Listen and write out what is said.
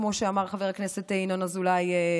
כמו שאמר חבר הכנסת ינון אזולאי,